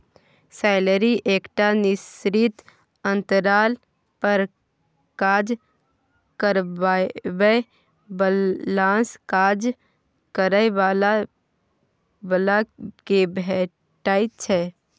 salary एकटा निश्चित अंतराल पर काज करबाबै बलासँ काज करय बला केँ भेटै छै